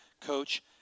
coach